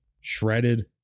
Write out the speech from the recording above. shredded